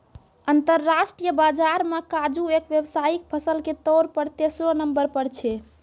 अंतरराष्ट्रीय बाजार मॅ काजू एक व्यावसायिक फसल के तौर पर तेसरो नंबर पर छै